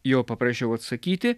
jo paprašiau atsakyti